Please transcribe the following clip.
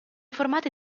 formati